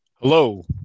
Hello